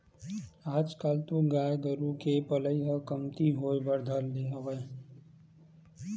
आजकल तो गाय गरुवा के पलई ह कमती होय बर धर ले हवय